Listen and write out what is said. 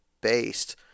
based